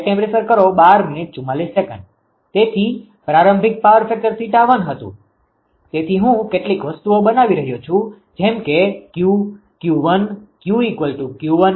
તેથી પ્રારંભિક power factor 𝜃1 હતું તેથી હું કેટલીક વસ્તુઓ બનાવી રહ્યો છું જેમ કે Q 𝑄𝑙 Q𝑄𝑙𝑃 tan𝜃1 છે